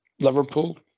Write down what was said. Liverpool